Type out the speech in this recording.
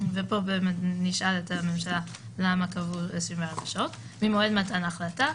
פה נשאל את הממשלה למה קבעו 24 שעות - ממועד מתן ההחלטה,